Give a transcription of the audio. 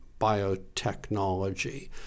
biotechnology